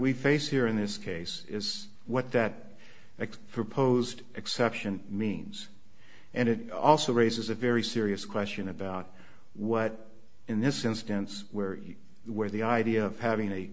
we face here in this case is what that proposed exception means and it also raises a very serious question about what in this instance where you where the idea of having a